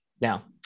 Now